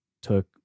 took